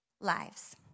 lives